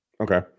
Okay